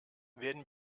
werden